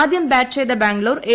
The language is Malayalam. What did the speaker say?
ആദ്യം ബാറ്റ് ചെയ്ത ബാംഗ്ലൂർ എ